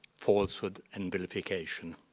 falsehood and vilification.